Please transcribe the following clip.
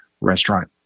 restaurant